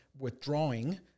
withdrawing